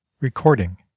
recording